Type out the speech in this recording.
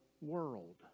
world